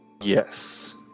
yes